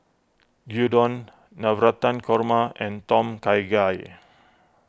Gyudon Navratan Korma and Tom Kha Gai